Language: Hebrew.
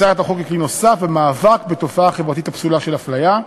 הצעת החוק היא כלי נוסף במאבק בתופעה החברתית הפסולה של הפליה,